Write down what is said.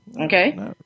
Okay